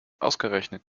ausgerechnet